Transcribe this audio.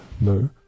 no